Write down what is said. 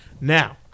Now